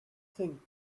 think